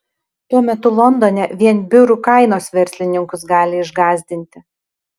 tuo metu londone vien biurų kainos verslininkus gali išgąsdinti